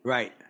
Right